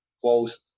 closed